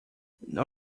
nor